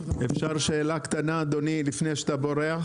אפשר שאלה קטנה לפני שאתה בורח?